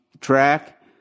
track